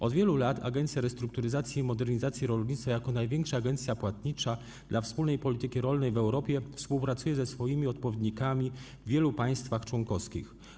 Od wielu lat Agencja Restrukturyzacji i Modernizacji Rolnictwa jako największa agencja płatnicza dla wspólnej polityki rolnej w Europie współpracuje ze swoimi odpowiednikami w wielu państwach członkowskich.